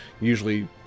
usually